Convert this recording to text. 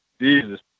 Jesus